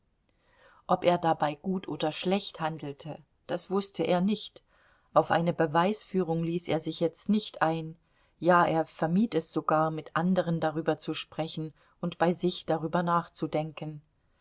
ob er dabei gut oder schlecht handelte das wußte er nicht auf eine beweisführung ließ er sich jetzt nicht ein ja er vermied es sogar mit anderen darüber zu sprechen und bei sich darüber nachzudenken